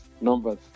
numbers